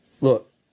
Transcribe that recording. look